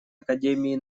академии